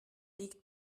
liegt